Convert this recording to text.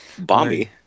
Bomby